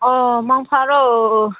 ꯑꯣ ꯃꯪ ꯐꯔꯣ